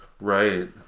right